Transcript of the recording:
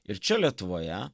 ir čia lietuvoje